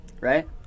right